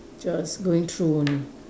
just going through only